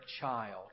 child